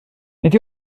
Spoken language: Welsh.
nid